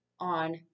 on